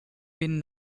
been